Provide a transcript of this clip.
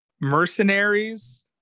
mercenaries